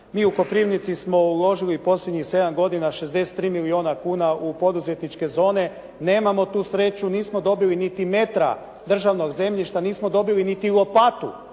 Mi u Koprivnici smo uložili i posljednjih 7 godina 63 milijuna kuna u poduzetničke zone. Nemamo tu sreću, nismo dobili niti metra državnog zemljišta. Nismo dobili niti lopatu